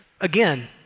again